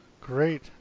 great